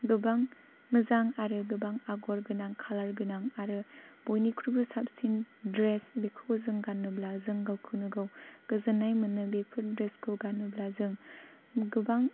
गोबां मोजां आरो गोबां आगरगोनां खालारगोनां आरो बयनिख्रुइबो साबसिन द्रेस बेखौ जों गानोब्ला जों गावखौनो गाव गोजोननाय मोनो बेफोर द्रेसखौ गानोब्ला जों गोबां